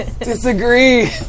Disagree